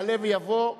יעלה ויבוא.